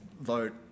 vote